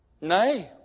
Nay